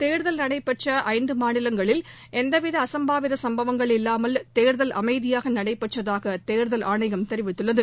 தேர்தல் நடைபெற்ற ஐந்து மாநிலங்களில் எந்தவித அசம்பாவித சம்பவங்கள் இல்லாமல் தேர்தல் அமைதியாக நடைபெற்றதாக தேர்தல் ஆணையம் தெரிவித்துள்ளது